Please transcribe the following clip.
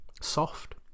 soft